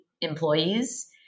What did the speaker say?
employees